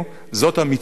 זאת המצווה,